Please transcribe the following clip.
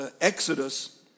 Exodus